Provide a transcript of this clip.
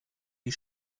die